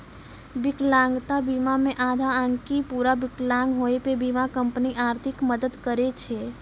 विकलांगता बीमा मे आधा आकि पूरा विकलांग होय पे बीमा कंपनी आर्थिक मदद करै छै